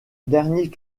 dernier